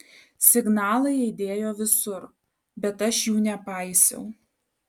signalai aidėjo visur bet aš jų nepaisiau